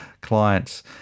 clients